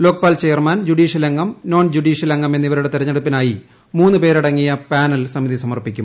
Lokpal chairman judicial അംഗം non judicial അംഗം എന്നിവരുടെ തെരഞ്ഞെട്ടൂപ്പിനായി ദ പേരടങ്ങിയ പാനൽ സമിതി സമർപ്പിക്കും